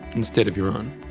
instead of your own.